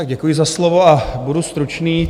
Děkuji za slovo, budu stručný.